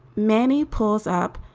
many pulls up.